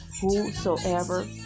Whosoever